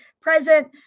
present